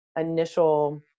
initial